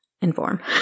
inform